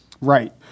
Right